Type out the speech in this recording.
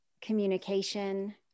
communication